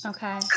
Okay